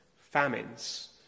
famines